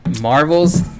Marvel's